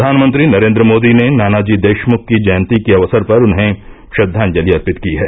प्रधानमंत्री नरेंद्र मोदी ने नानाजी देशमुख की जयंती के अवसर पर उन्हें श्रद्वाजंति अर्पित की है